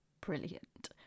brilliant